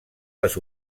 les